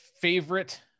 favorite